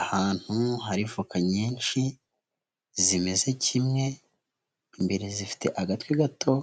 Ahantu hari voka nyinshi zimeze kimwe imbere zifite agatwe gato,